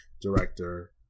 Director